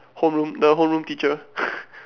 home room the home room teacher